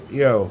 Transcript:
yo